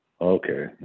Okay